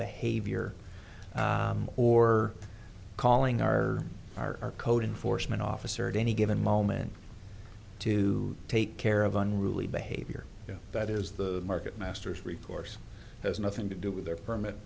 behavior or calling our our code enforcement officer at any given moment to take care of unruly behavior that is the market master's recourse has nothing to do with their permit